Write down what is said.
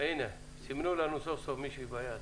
של מתכנן גפ"מ בכיר או מתכנן גפ"מ,